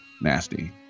nasty